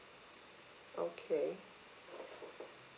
okay